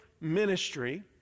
ministry